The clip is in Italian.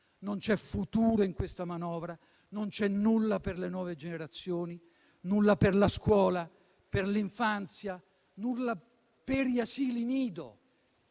Non c'è futuro in questa manovra, non c'è nulla per le nuove generazioni, nulla per la scuola, per l'infanzia, nulla per gli asili nido.